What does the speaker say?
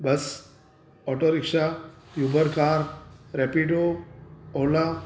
bus auto rickshaw Uber car Rapido Ola